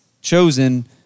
chosen